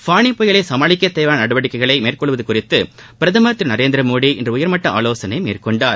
பானி புயலை சமாளிக்க தேவையான நடவடிக்கைகளை மேற்கொள்வது குறித்து பிரதமர் திரு நரேந்திரமோடி இன்று உயர்மட்ட ஆலோசனை மேற்கொண்டார்